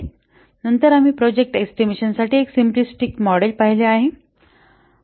नंतर आम्ही प्रोजेक्ट एस्टिमेशनासाठी एक सिम्पलीस्टीक मॉडेल पाहिले आहे